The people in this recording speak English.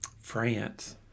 France